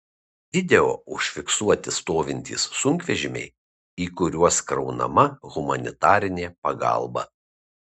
video užfiksuoti stovintys sunkvežimiai į kuriuos kraunama humanitarinė pagalba